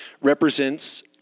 represents